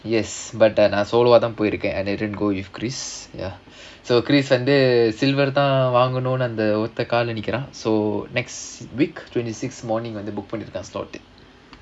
yes but நான்:naan solo வா தான் போயிருக்கேன்:vaa thaan poirukkaen ya so kirish வந்து:vanthu silver தான் வாங்கணும்னு ஒத்த கால்ல நிக்குறான்:thaan vaanganum otha kaalla nikkuraan so next week twenty six morning வந்து:vandhu book பண்ணிருக்கான்:pannirukkaan slot